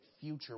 future